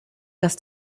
dass